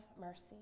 mercy